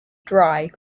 dry